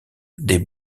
des